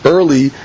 Early